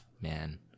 man